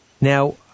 Now